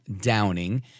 downing